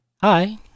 Hi